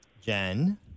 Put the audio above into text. Jen